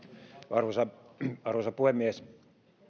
arvoisa arvoisa puhemies